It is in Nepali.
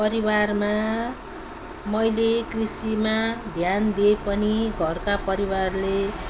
परिवारमा मैले कृषिमा ध्यान दिए पनि घरका परिवारले